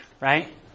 right